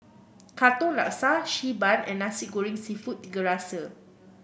Katong Laksa Xi Ban and Nasi Goreng seafood Tiga Rasa